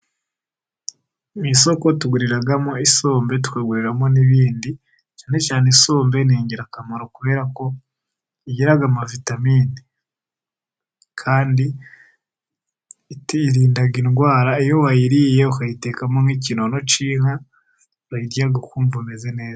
Mu isoko tuguriramo isombe tukaguriramo n'ibindi, cyane cyane isombe ni ingirakamaro kubera ko igira ama vitamini. Kandi iturinda indwara, iyo wayiriye ukayitekamo nk'ikinono cy'inka urayirya ukumva umeze neza.